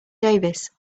davis